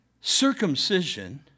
circumcision